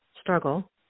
struggle